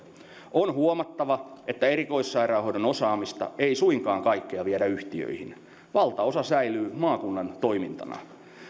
on huomattava että kaikkea erikoissairaanhoidon osaamista ei suinkaan viedä yhtiöihin valtaosa säilyy maakunnan toimintana